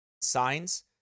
signs